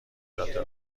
جاده